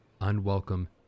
unwelcome